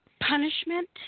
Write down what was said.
punishment